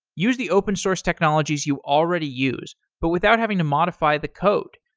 use the open source technologies you already use, but without having to modify the code,